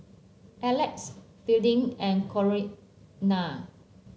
Alex Fielding and Corinna